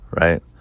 right